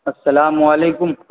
السلام علیکم